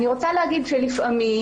אני רוצה להגיד שלפעמים